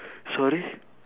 sorry